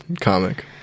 comic